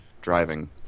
driving